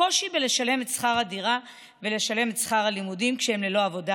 הקושי לשלם את שכר הדירה ולשלם את שכר הלימודים כשהם ללא עבודה.